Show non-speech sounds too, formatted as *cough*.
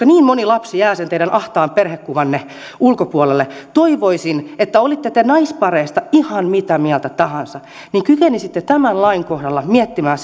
*unintelligible* niin moni lapsi jää sen teidän ahtaan perhekuvanne ulkopuolelle toivoisin että olitte te naispareista ihan mitä mieltä tahansa niin kykenisitte tämän lain kohdalla miettimään *unintelligible*